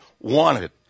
wanted